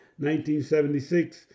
1976